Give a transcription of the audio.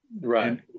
right